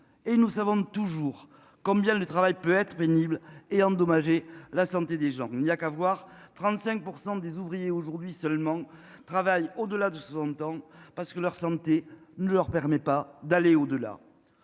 et nous avons toujours combien le travail peut être pénible et endommagé la santé des gens, il n'y a qu'à voir 35 pour % des ouvriers aujourd'hui seulement travaillent au delà de 60 ans parce que leur santé ne leur permet pas d'aller au-delà.